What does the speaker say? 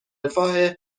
رفاه